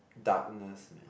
darkness man